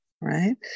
right